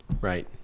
Right